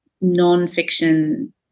non-fiction